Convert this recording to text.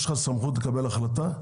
יש לך סמכות לקבל החלטה?